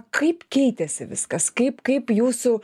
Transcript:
kaip keitėsi viskas kaip kaip jūsų